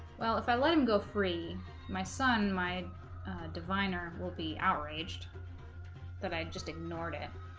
well if i let him go free my son my diviner will be outraged that i just ignored it